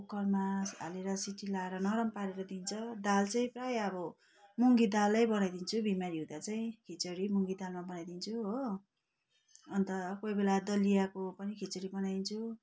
कुकरमा हालेर सिटी लाएर नरम परेर दिन्छ दाल चाहि प्रायः अब मुङ्गी दालै बनाइदिन्छु बिमारी हुँदा चाहिँ खिचरी मुङ्गी दालमा बनाइदिन्छु हो अन्त कोही बेला दलियाको पनि खिचडी बनाइदिन्छु